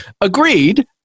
Agreed